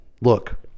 look